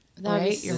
right